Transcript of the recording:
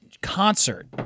concert